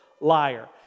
liar